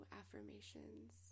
affirmations